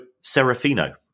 Serafino